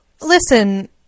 listen